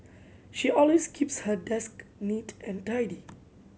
she always keeps her desk neat and tidy